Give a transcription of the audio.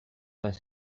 let